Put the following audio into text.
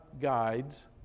guides